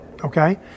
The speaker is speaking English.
okay